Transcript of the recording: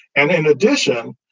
and in addition,